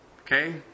okay